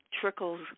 trickles